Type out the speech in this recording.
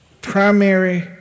primary